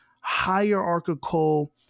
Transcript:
hierarchical